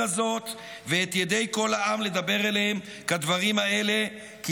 הזאת ואת ידי כל העם לדבר אליהם כדברים האלה כי